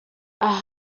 aha